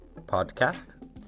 podcast